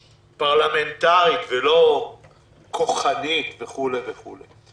פרלמנטרית, ולא כוחנית וכו' וכו'.